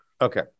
Okay